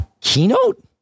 Keynote